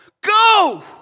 go